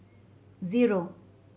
zero